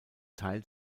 teil